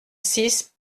six